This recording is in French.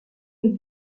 les